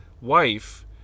wife